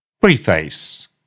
Preface